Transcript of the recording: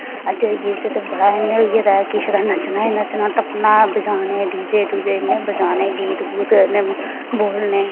अज्जै दे गीत च ते बड़ा इंया होई गेदा ऐ कि नच्चना गै नच्चना टप्पना बजाना डीजे बजाने इंया गीत बोलने